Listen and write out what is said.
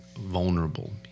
vulnerable